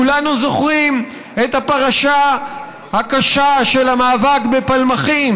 כולנו זוכרים את הפרשה הקשה של המאבק בפלמחים,